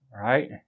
right